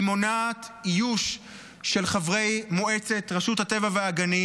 היא מונעת איוש של חברי מועצת רשות הטבע והגנים.